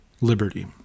liberty